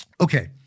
Okay